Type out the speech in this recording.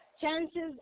chances